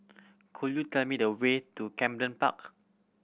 could you tell me the way to Camden Park